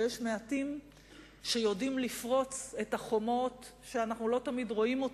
ויש מעטים שיודעים לפרוץ את החומות שאנחנו לא תמיד רואים,